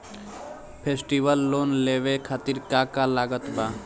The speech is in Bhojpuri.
फेस्टिवल लोन लेवे खातिर का का लागत बा?